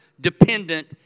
dependent